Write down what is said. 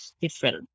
different